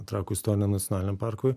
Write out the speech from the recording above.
trakų istoriniam nacionaliniam parkui